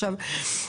עכשיו,